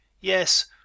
Yes